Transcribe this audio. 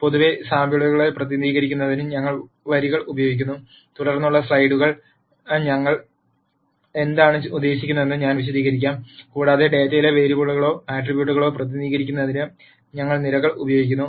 പൊതുവേ സാമ്പിളുകളെ പ്രതിനിധീകരിക്കുന്നതിന് ഞങ്ങൾ വരികൾ ഉപയോഗിക്കുന്നു തുടർന്നുള്ള സ്ലൈഡുകളിൽ ഞാൻ എന്താണ് ഉദ്ദേശിക്കുന്നതെന്ന് ഞാൻ വിശദീകരിക്കും കൂടാതെ ഡാറ്റയിലെ വേരിയബിളുകളോ ആട്രിബ്യൂട്ടുകളോ പ്രതിനിധീകരിക്കുന്നതിന് ഞങ്ങൾ നിരകൾ ഉപയോഗിക്കുന്നു